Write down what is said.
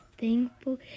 thankful